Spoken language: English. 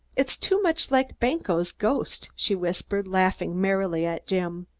it's too much like banquo's ghost, she whispered, laughing merrily at jim.